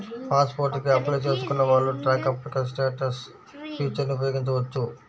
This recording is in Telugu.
పాస్ పోర్ట్ కి అప్లై చేసుకున్న వాళ్ళు ట్రాక్ అప్లికేషన్ స్టేటస్ ఫీచర్ని ఉపయోగించవచ్చు